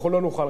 אנחנו לא נוכל.